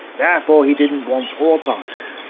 therefore he didn't want autarky.